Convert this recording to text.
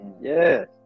Yes